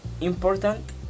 important